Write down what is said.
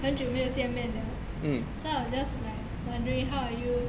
很久没有见面了 so I was just like wondering how are you